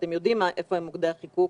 ואתם יודעים איפה הם מוקדי החיכוך,